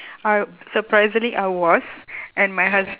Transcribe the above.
I surprisedly I was and my hus~